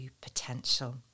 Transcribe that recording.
potential